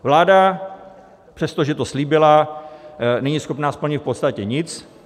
Vláda, přestože to slíbila, není schopna splnit v podstatě nic.